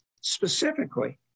specifically